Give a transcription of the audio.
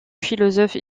philosophe